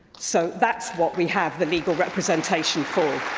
so that's what we have the legal representation for.